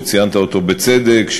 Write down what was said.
שציינת אותו בצדק,